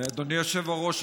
אדוני היושב-ראש,